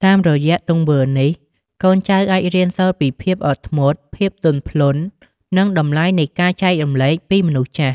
តាមរយៈទង្វើនេះ កូនចៅអាចរៀនសូត្រពីភាពអត់ធ្មត់ ភាពទន់ភ្លន់ និងតម្លៃនៃការចែករំលែកពីមនុស្សចាស់។